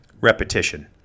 repetition